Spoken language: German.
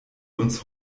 uns